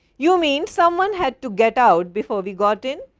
you mean someone had to get out before we got in.